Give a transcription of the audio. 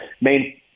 main